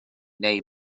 neu